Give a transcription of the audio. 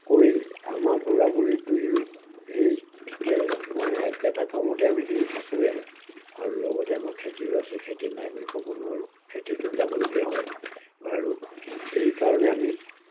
কৰি আমাৰ বুঢ়া বুঢ়ী দুয়োৱে সেইটোতে মানে একেটা কামতে আমি দুয়ো থাকোঁৱেই আৰু লগতে আমাৰ খেতিও আছে খেতি নাই বুলি ক'ব নোৱাৰোঁ খেতিটোত যাবলগীয়া হয় আৰু সেইকাৰণে আমি